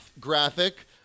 graphic